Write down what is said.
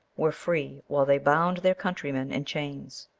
were free while they bound their countrymen in chains.